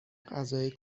غذای